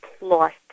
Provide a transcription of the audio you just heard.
lost